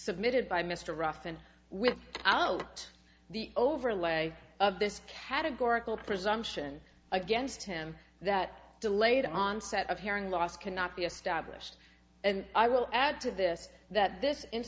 submitted by mr ross and with out the overlay of this categorical presumption against him that delayed onset of hearing loss cannot be established and i will add to this that